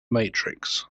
matrix